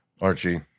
Archie